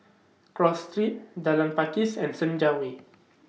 Cross Street Jalan Pakis and Senja Way